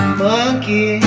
monkey